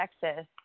Texas